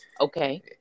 okay